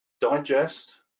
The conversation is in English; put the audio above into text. digest